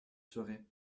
serez